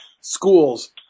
schools